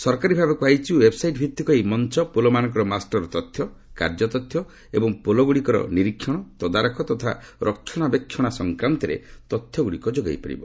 ସରକାରୀଭାବେ କୁହାଯାଇଛି ଓ୍ବେବସାଇଟ୍ ଭିତ୍ତିକ ଏହି ମଞ୍ଚ ପୋଲମାନଙ୍କର ମାଷ୍ଟର ତଥ୍ୟ କାର୍ଯ୍ୟ ତଥ୍ୟ ଏବଂ ପୋଲଗୁଡିକର ନିରୀକ୍ଷଣ ତଦାରଖ ତଥା ରକ୍ଷଣାବେକ୍ଷଣ ସଂକ୍ୱାନ୍ତରେ ତଥ୍ୟଗୁଡିକ ଯୋଗାଇପାରିବ